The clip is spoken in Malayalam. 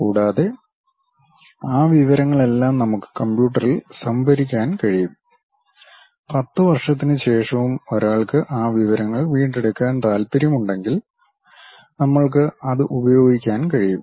കൂടാതെ ആ വിവരങ്ങളെല്ലാം നമുക്ക് കമ്പ്യൂട്ടറിൽ സംഭരിക്കാൻ കഴിയും 10 വർഷത്തിനുശേഷവും ഒരാൾക്ക് ആ വിവരങ്ങൾ വീണ്ടെടുക്കാൻ താൽപ്പര്യമുണ്ടെങ്കിൽ നമ്മൾക്ക് അത് ഉപയോഗിക്കാൻ കഴിയും